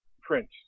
prince